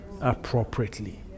appropriately